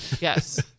Yes